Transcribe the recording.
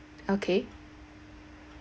okay